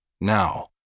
now